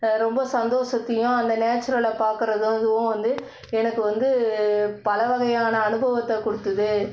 ரொம்ப சந்தோஷத்தையும் அந்த நேச்சுரலை பார்க்குறதும் அதுவும் வந்து எனக்கு வந்து பல வகையான அனுபவத்தை கொடுத்துது